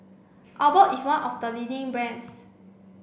Abbott is one of the leading brands